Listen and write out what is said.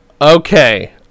Okay